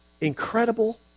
Incredible